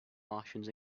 martians